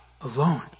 alone